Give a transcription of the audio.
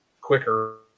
quicker